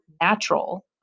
natural